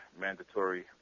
mandatory